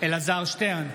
אלעזר שטרן,